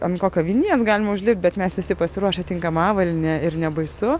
ant kokio vinies galima užlipt bet mes visi pasiruošę tinkamą avalynę ir nebaisu